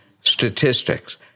statistics